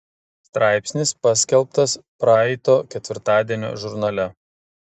straipsnis paskelbtas praeito ketvirtadienio žurnale